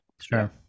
Sure